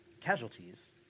casualties